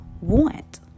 want